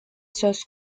söz